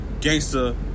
gangster